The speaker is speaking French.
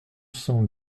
cent